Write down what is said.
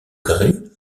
grès